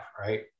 right